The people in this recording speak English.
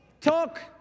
Talk